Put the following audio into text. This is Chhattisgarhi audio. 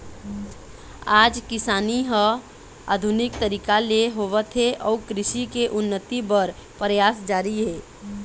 आज किसानी ह आधुनिक तरीका ले होवत हे अउ कृषि के उन्नति बर परयास जारी हे